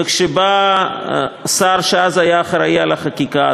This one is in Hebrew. וכשבא השר שאז היה אחראי לחקיקה,